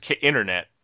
internet